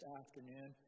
afternoon